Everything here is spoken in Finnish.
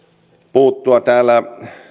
puuttua täällä